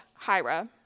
Hira